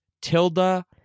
Tilda